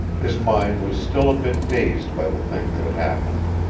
his mind was still a bit dazed by the thing that had happened.